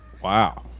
Wow